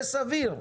זה סביר.